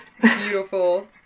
Beautiful